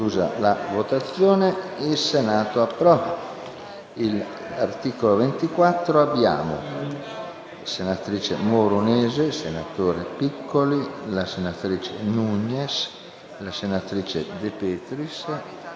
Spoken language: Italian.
Il Senato approva.